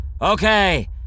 Okay